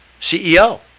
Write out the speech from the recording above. CEO